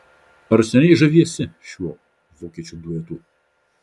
ar seniai žaviesi šiuo vokiečių duetu